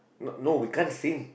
no no we can't sing